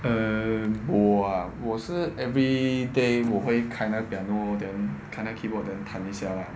err 我 ah 我是 every day 我会开那个 piano then 开那个 keyboard then 弹一下 lah